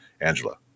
Angela